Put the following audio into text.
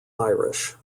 irish